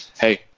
Hey